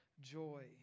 joy